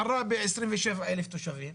עראבה 27,000 תושבים,